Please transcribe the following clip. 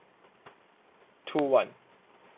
two one